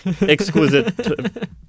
exquisite